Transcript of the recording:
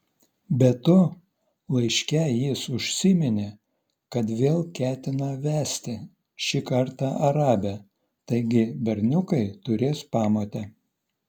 be to laiške jis užsiminė kad vėl ketina vesti šį kartą arabę taigi berniukai turės pamotę